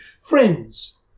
Friends